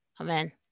Amen